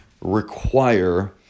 require